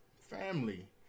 family